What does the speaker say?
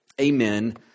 Amen